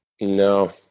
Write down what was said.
No